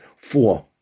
four